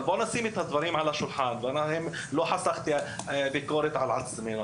אני לא חסכתי ביקורת על עצמי,